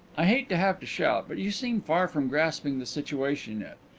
i hate to have to shout, but you seem far from grasping the situation yet.